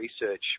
research